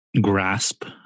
grasp